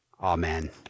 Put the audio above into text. Amen